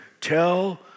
tell